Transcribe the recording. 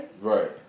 Right